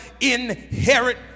inherit